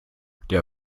der